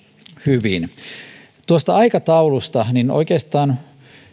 hyvin aikataulusta oikeastaan